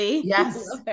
Yes